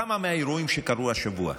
כמה מהאירועים שקרו השבוע,